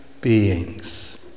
beings